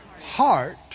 heart